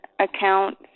account